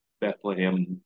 Bethlehem